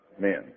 men